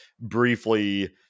briefly